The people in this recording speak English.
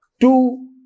Two